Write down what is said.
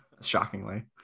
shockingly